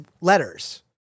letters